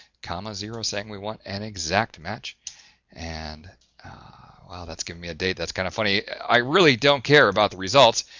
comma zero, saying we want an exact match and well, that's giving me a date, that's kind of funny. i really don't care about the results.